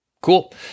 Cool